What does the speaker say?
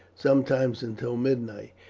sometimes until midnight.